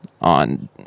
on